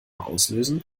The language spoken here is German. auslösen